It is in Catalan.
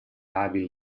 hàbil